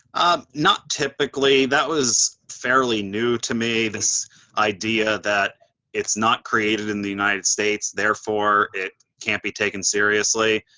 um not typically. that was fairly new to me, this idea that it's not created in the united states therefore it can't be taken seriously.